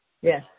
Yes